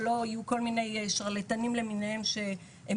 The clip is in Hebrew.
שלא יהיו כל מיני שרלטנים למיניהם שהם